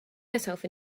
herself